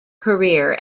career